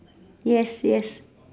yes yes